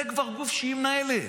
זה כבר גוף שהיא מנהלת,